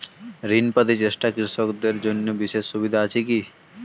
ঋণ পাতি চেষ্টা কৃষকদের জন্য বিশেষ সুবিধা আছি কি?